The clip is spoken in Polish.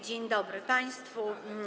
Dzień dobry państwu.